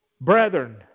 Brethren